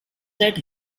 that